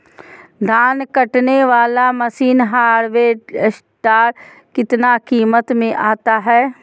धान कटने बाला मसीन हार्बेस्टार कितना किमत में आता है?